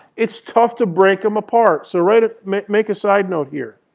it's tough to break them apart. so right ah make make a side note here.